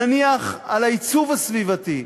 נניח, על העיצוב הסביבתי.